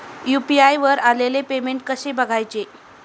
UPI वर आलेले payment कसे बघायचे?